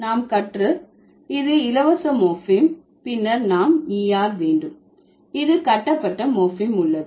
நாம் கற்று இது இலவச மோர்பீம் பின்னர் நாம் er வேண்டும் இது கட்டப்பட்ட மோர்பீம் உள்ளது